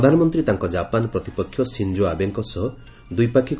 ପ୍ରଧାନମନ୍ତ୍ରୀ ତାଙ୍କ ଜାପନ ପ୍ରତିପକ୍ଷ ସିଞ୍ଜୋ ଆବେଙ୍କ ସହ ଦ୍ୱିପାକ୍ଷିକ